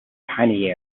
piny